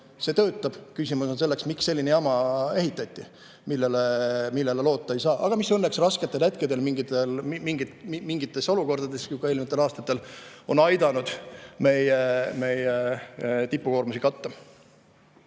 on, töötab. Küsimus on selles, miks selline jama ehitati, millele loota ei saa, aga mis õnneks rasketel hetkedel mingites olukordades, ka eelnevatel aastatel, on aidanud meie tipukoormusi katta.